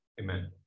Amen